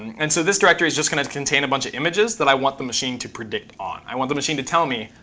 and so this directory is just going to contain a bunch of images that i want the machine to predict on. i want the machine to tell me,